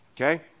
Okay